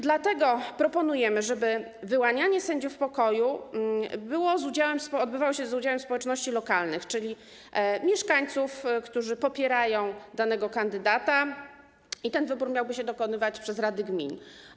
Dlatego proponujemy, żeby wyłanianie sędziów pokoju odbywało się z udziałem społeczności lokalnych, czyli mieszkańców, którzy popierają danego kandydata, i ten wybór miałby się dokonywać przez rady gmin.